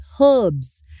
herbs